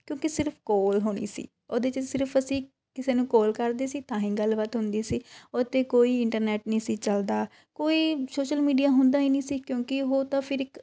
ਕਿਉੰਕਿ ਸਿਰਫ ਕੋਲ ਹੋਣੀ ਸੀ ਉਹਦੇ 'ਚ ਸਿਰਫ ਅਸੀਂ ਕਿਸੇ ਨੂੰ ਕੋਲ ਕਰਦੇ ਸੀ ਤਾਂ ਹੀ ਗੱਲਬਾਤ ਹੁੰਦੀ ਸੀ ਉਹ 'ਤੇ ਕੋਈ ਇੰਟਰਨੈਟ ਨਹੀਂ ਸੀ ਚੱਲਦਾ ਕੋਈ ਸੋਸ਼ਲ ਮੀਡੀਆ ਹੁੰਦਾ ਹੀ ਨਹੀਂ ਸੀ ਕਿਉਂਕਿ ਉਹ ਤਾਂ ਫਿਰ ਇੱਕ